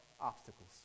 obstacles